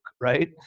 Right